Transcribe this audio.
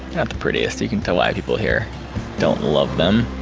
not the prettiest. you can tell why people here don't love them